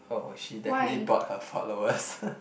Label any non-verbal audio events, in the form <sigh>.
oh she definitely bought her followers <laughs>